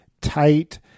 tight